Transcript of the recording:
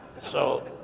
so,